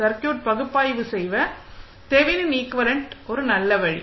circuit பகுப்பாய்வு செய்ய Thevenin equivalent ஒரு நல்ல வழி